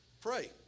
Pray